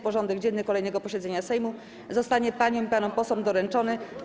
Porządek dzienny kolejnego posiedzenia Sejmu zostanie paniom i panom posłom doręczony.